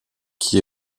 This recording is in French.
qui